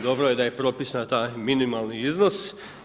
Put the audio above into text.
Dobro je da je propisan taj minimalni iznos.